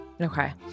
Okay